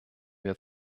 wir